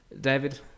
David